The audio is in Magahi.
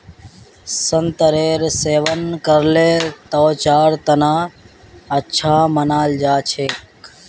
संतरेर सेवन करले त्वचार तना अच्छा मानाल जा छेक